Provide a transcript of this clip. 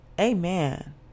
amen